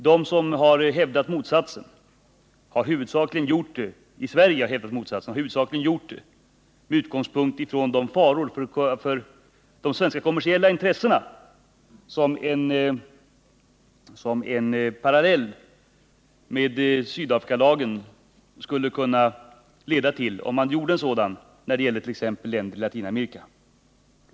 De som i Sverige har hävdat motsatsen har huvudsakligen gjort det med utgångspunkt från de faror för de svenska kommersiella intressena som en parallell med Sydafrikalagen skulle kunna leda till, om man gjorde en sådan när det gäller t.ex. länder i Latinamerika.